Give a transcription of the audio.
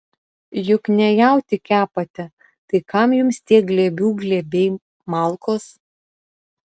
juk ne jautį kepate tai kam jums tie glėbių glėbiai malkos